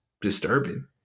disturbing